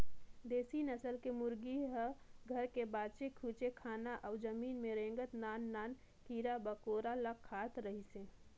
देसी नसल के मुरगी ह घर के बाचे खुचे खाना अउ जमीन में रेंगत नान नान कीरा मकोरा ल खात रहथे